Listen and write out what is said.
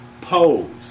pose